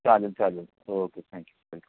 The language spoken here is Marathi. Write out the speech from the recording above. चालले चालेल ओके थँक्यू थँक्यू